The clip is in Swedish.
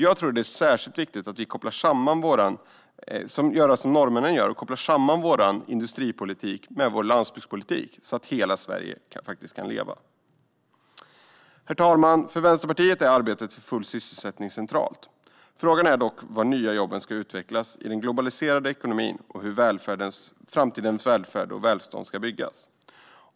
Jag tror att det är särskilt viktigt att vi gör som norrmännen och kopplar samman vår industripolitik med vår landsbygdspolitik så att hela Sverige faktiskt kan leva. Herr talman! För Vänsterpartiet är arbetet för full sysselsättning centralt. Frågan är dock var de nya jobben ska utvecklas i den globaliserade ekonomin och hur framtidens välfärd och välstånd ska byggas.